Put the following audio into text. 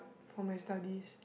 for my studies